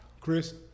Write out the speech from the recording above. Chris